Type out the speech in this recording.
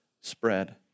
spread